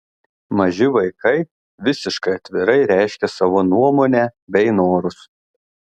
maži vaikai visiškai atvirai reiškia savo nuomonę bei norus